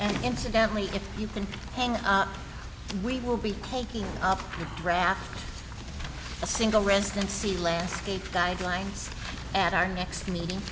and incidentally if you can hang up we will be taking up the draft single residency landscape guidelines at our next